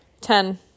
Ten